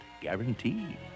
guaranteed